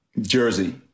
Jersey